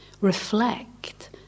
reflect